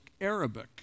Arabic